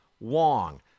Wong